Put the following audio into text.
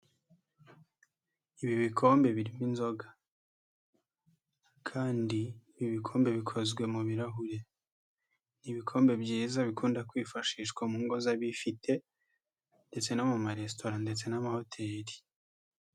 Ibi bikombe birimo inzoga kandi ibi bikombe bikozwe mu birahuri, ni ibikombe byiza bikunda kwifashishwa mu ngo z'abifite ndetse no mu maresitora ndetse n'amahoteri.